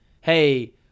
Hey